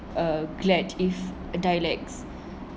uh glad if uh dialects